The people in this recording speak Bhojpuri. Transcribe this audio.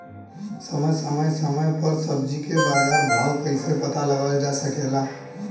समय समय समय पर सब्जी क बाजार भाव कइसे पता लगावल जा सकेला?